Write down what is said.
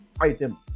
item